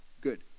good